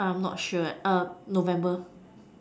not sure November